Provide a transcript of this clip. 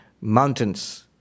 mountains